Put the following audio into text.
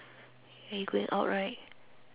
uh you going out right